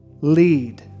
lead